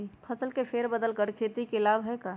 फसल के फेर बदल कर खेती के लाभ है का?